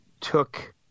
took